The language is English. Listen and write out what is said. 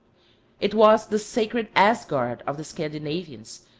it was the sacred asgard of the scandinavians,